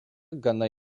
gana